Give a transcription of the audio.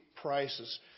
prices